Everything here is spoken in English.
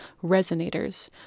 resonators